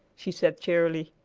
she said cheerily.